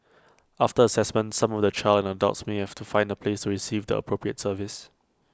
after Assessment some of the child and adults may have to find A place to receive the appropriate service